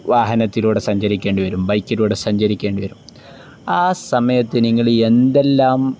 വാഹനത്തിലൂടെ സഞ്ചരിക്കേണ്ടിവരും ബൈക്കിലൂടെ സഞ്ചരിക്കേണ്ടിവരും ആ സമയത്തു നിങ്ങള് എന്തെല്ലാം